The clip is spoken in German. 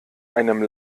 einem